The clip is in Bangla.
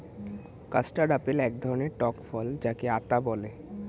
কাস্টার্ড আপেল এক ধরণের টক ফল যাকে আতা বলে